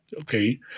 Okay